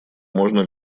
можно